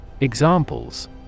Examples